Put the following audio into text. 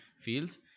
fields